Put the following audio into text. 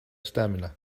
stamina